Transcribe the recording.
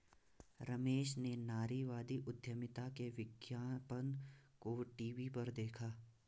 रमेश ने नारीवादी उधमिता के विज्ञापन को टीवी पर देखा